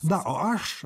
na o aš